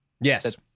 Yes